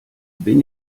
bin